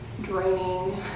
draining